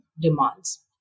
demands